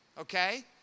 Okay